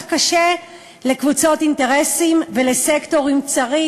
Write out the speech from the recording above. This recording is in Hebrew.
קשה לקבוצות אינטרסים ולסקטורים צרים.